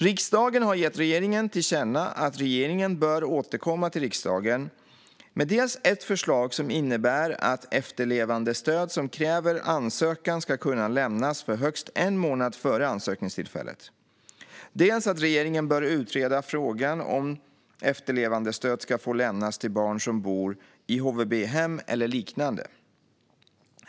Riksdagen har gett regeringen till känna att regeringen bör återkomma till riksdagen med dels ett förslag som innebär att efterlevandestöd som kräver ansökan ska kunna lämnas för högst en månad före ansökningstillfället, dels att regeringen bör utreda frågan om efterlevandestöd ska få lämnas till barn som bor i HVB-hem eller liknande .